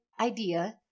idea